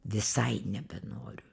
visai nebenoriu